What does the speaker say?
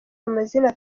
amazina